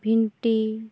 ᱵᱷᱤᱱᱴᱤ